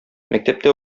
мәктәптә